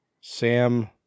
Sam